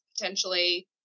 potentially